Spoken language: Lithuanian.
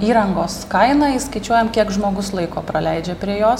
įrangos kainą įskaičiuojam kiek žmogus laiko praleidžia prie jos